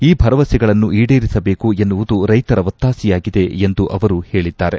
ಈ ಭರವಸೆಗಳನ್ನು ಈಡೇರಿಸಬೇಕು ಎನ್ನುವುದು ರೈತರ ಒತ್ತಾಸೆಯಾಗಿದೆ ಎಂದು ಅವರು ಹೇಳಿದ್ದಾರೆ